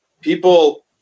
people